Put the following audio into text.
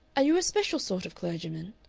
are you a special sort of clergyman,